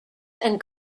and